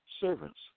servants